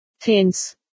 hence